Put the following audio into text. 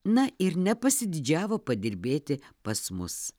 na ir nepasididžiavo padirbėti pas mus